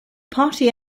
party